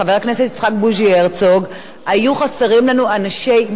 בוז'י הרצוג היו חסרים לנו אנשי מזכירות,